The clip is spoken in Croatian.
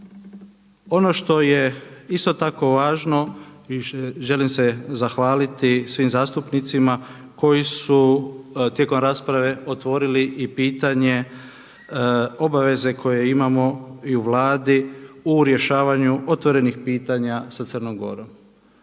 Ono što je isto tako važno i želim se zahvaliti svim zastupnicima koji su tijekom rasprave otvorili i pitanje obaveze koje imamo i u Vladi u rješavanju otvorenih pitanja sa Crnom Gorom,